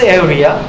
area